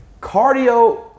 cardio